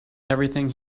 everything